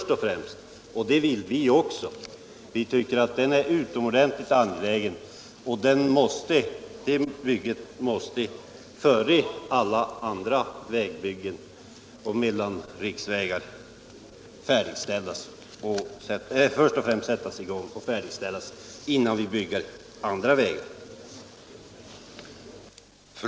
Det vill vi också. Vi tycker att den är utomordentligt angelägen, och det bygget måste först och främst sättas i gång och färdigställas innan vi bygger andra vägar.